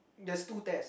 there's two tests